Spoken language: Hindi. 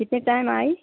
किस टाइम आएँ